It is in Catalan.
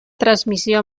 transmissió